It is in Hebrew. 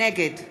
נגד